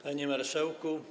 Panie Marszałku!